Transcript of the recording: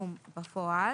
התשלום בפועל.